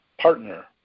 partner